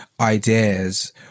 ideas